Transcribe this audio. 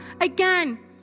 again